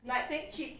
lipsticks